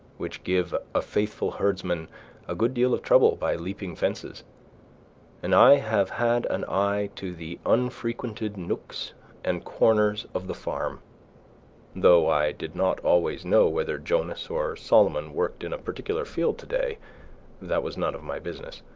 which give a faithful herdsman a good deal of trouble by leaping fences and i have had an eye to the unfrequented nooks and corners of the farm though i did not always know whether jonas or solomon worked in a particular field to-day that was none of my business.